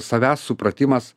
savęs supratimas